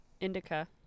Indica